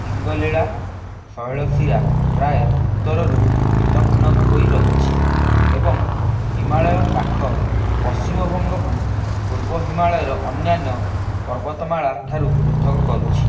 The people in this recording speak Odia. ସିଙ୍ଗଲୀଳା ଶୈଳଶିରା ପ୍ରାୟ ଉତ୍ତରରୁ ଦକ୍ଷିଣକୁ ହୋଇ ରହିଛି ଏବଂ ହିମାଳୟ ପାଖ ପଶ୍ଚିମବଙ୍ଗକୁ ପୂର୍ବ ହିମାଳୟର ଅନ୍ୟାନ୍ୟ ପର୍ବତମାଳା ଠାରୁ ପୃଥକ୍ କରୁଛି